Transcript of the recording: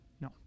no